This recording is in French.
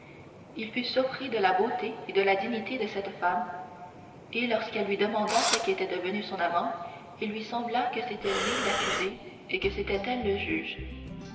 il fut surpris de la beauté et de la dignité de cette femme et lorsqu'elle lui demanda ce qu'était devenu son amant il lui sembla que c'était lui l'accusé et que c'était elle le juge